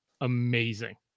amazing